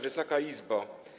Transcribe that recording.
Wysoka Izbo!